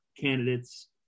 candidates